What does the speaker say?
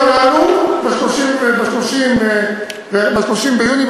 אבל גם צריך לזכור שהילדים הללו ב-30 ביולי,